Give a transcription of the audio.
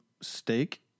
steak